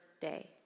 day